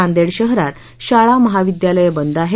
नांदेड शहरात शाळा महाविद्यालयं बंद आहेत